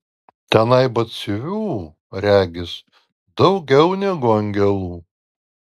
tenai batsiuvių regis daugiau negu angelų